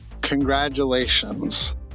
congratulations